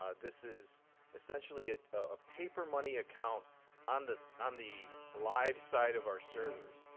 um this is essentially a ah paper money account on the on the live side of our servers.